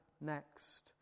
next